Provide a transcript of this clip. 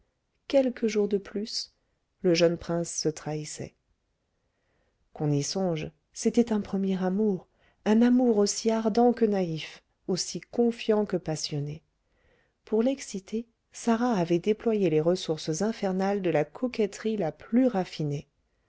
quelques jours de plus le jeune prince se trahissait qu'on y songe c'était un premier amour un amour aussi ardent que naïf aussi confiant que passionné pour l'exciter sarah avait déployé les ressources infernales de la coquetterie la plus raffinée